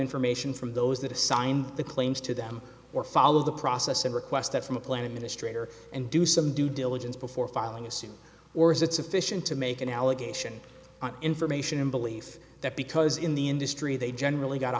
information from those that assigned the claims to them or follow the process and request that from a plan administrator and do some due diligence before filing a suit or is it sufficient to make an allegation on information and belief that because in the industry they generally got a